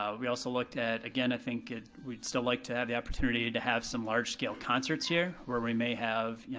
ah we also looked at, again, i think we'd still like to have the opportunity to have some large-scale concerts here where we may have, yeah